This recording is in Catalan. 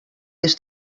les